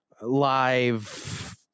live